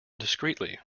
discreetly